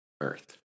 Earth